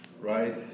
right